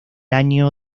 año